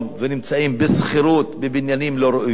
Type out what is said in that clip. והן נמצאות בשכירות בבניינים לא ראויים.